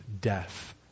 death